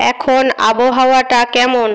এখন আবহাওয়াটা কেমন